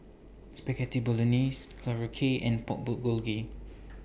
Spaghetti Bolognese Korokke and Pork Bulgogi